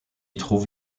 trouve